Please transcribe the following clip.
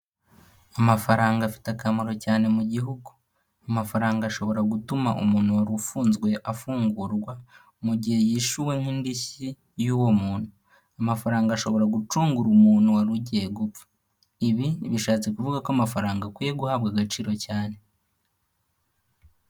Amafaranga afite akamaro cyane mu gihugu, amafaranga ashobora gutuma umuntu wari ufunzwe afungurwa, mu gihe yishyuwe nk'indishyi y'uwo muntu, amafaranga ashobora gucungura umuntu wari ugiye gupfa, ibi nti bishatse kuvuga ko amafaranga akwiye guhabwa agaciro cyane.